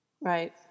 Right